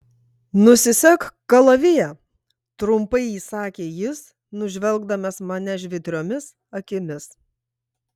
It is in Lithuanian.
nusisek kalaviją trumpai įsakė jis nužvelgdamas mane žvitriomis akimis